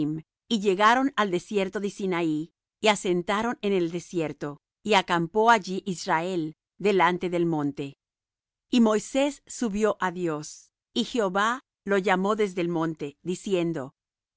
y llegaron al desierto de sinaí y asentaron en el desierto y acampó allí israel delante del monte y moisés subió á dios y jehová lo llamó desde el monte diciendo